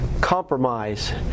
compromise